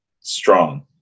strong